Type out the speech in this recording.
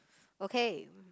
okay